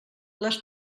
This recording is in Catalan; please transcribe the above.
les